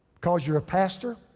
cause you're a pastor?